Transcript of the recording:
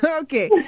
Okay